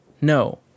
No